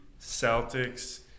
Celtics